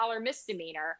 misdemeanor